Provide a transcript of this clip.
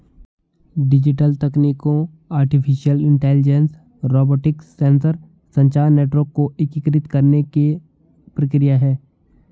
digital तकनीकों artificial intelligence, robotics, sensor, संचार network को एकीकृत करने की प्रक्रिया है